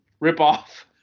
ripoff